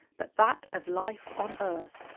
but that of life on earth.